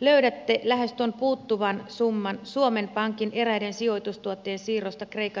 löydätte lähes tuon puuttuvan summan suomen pankin eräiden sijoitustuotteiden siirrosta kreikan valtiolle